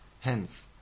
Hence